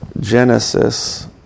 Genesis